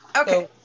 Okay